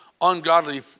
ungodly